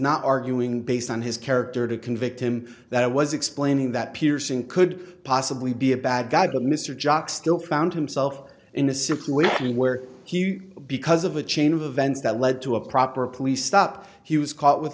not arguing based on his character to convict him that i was explaining that piercing could possibly be a bad guy but mr jock still found himself in a situation where he because of a chain of events that led to a proper police stop he was caught with